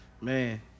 Man